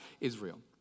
Israel